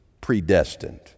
predestined